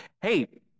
hey